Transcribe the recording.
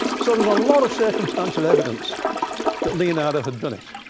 so there's a lot of circumstantial evidence that leonardo had done it.